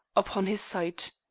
upon his sight.